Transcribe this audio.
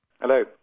Hello